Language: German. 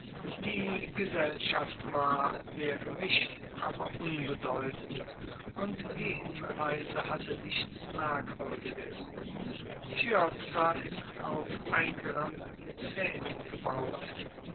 die gesellschaft war sehr gemischt aber unbedeutend und die hinreise hatte nichts merkwürdiges chiozza ist auf eingerammten pfählen gebaut